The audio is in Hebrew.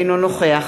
אינו נוכח